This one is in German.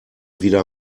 wieder